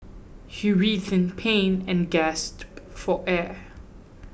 he writhed in pain and gasped for air